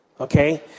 okay